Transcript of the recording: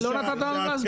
אבל לא נתת לו להסביר.